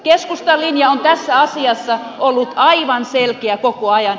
keskustan linja on tässä asiassa ollut aivan selkeä koko ajan